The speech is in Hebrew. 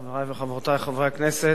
חברי וחברותי חברי הכנסת,